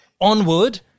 Onward